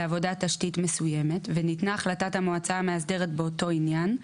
לעבודת תשתית מסוימת וניתנה החלטת המועצה המאסדרת באותו עניין,